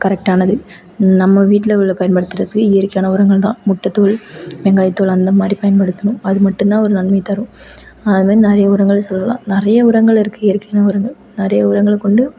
கரெக்டானது நம்ம வீட்டில் உள்ள பயன்படுத்துகிறதுக்கு இயற்கையான உரங்கள் தான் முட்டைத்தோல் வெங்காயத்தோல் அந்த மாதிரி பயன்படுத்தணும் அது மட்டும் தான் ஒரு நன்மை தரும் அது மாதிரி நறைய உரங்கள் சொல்லலாம் நிறைய உரங்கள் இருக்குது இயற்கையான உரங்கள் நிறைய உரங்கள் கொண்டு